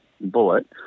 bullet